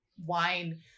wine